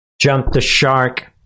jump-the-shark